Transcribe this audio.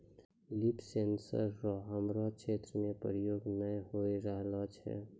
लिफ sensor रो हमरो क्षेत्र मे प्रयोग नै होए रहलो छै